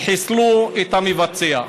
חיסלו את המבצע.